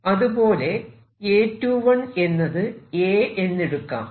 അതുപോലെ A21 എന്നത് A എന്നെടുക്കാം